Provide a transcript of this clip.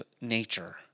nature